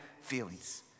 feelings